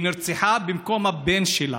היא נרצחה במקום הבן שלה,